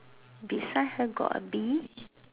beside have got A